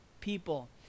people